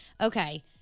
Okay